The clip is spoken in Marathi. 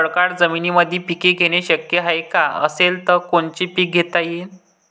खडकाळ जमीनीमंदी पिके घेणे शक्य हाये का? असेल तर कोनचे पीक घेता येईन?